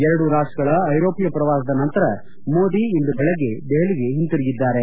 ಎರಡೂ ರಾಷ್ಷಗಳ ಐರೋಷ್ಣ ಶ್ರವಾಸದ ನಂತರ ಮೋದಿ ಇಂದು ಬೆಳಿಗ್ಗೆ ದೆಹಲಿಗೆ ಹಿಂದಿರುಗಿದ್ದಾರೆ